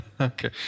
Okay